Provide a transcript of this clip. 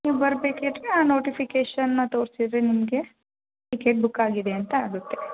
ನೀವು ಬರಬೇಕಿದ್ರೆ ಆ ನೋಟಿಫಿಕೇಷನ್ನ ತೋರಿಸಿದ್ರೆ ನಿಮಗೆ ಟಿಕೆಟ್ ಬುಕ್ ಆಗಿದೆ ಅಂತ ಆಗುತ್ತೆ